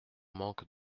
manque